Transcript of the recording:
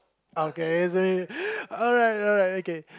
okay so you alright alright okay